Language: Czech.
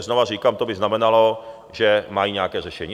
Znovu říkám, to by znamenalo, že mají nějaké řešení.